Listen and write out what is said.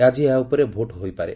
ଆଜି ଏହା ଉପରେ ଭୋଟ ହୋଇପାରେ